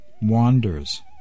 wanders